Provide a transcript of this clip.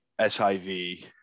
SIV